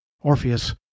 Orpheus